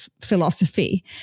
philosophy